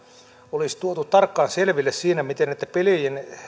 olisi tuotu tarkkaan selville siinä miten näitten pelien